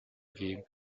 game